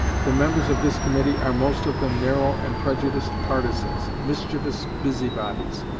the members of this committee are most of them narrow and prejudiced partisans, mischievous busybodies,